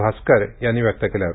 भास्कर यांनी व्यक्त केले आहे